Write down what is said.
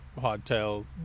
hardtail